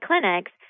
clinics